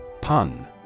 Pun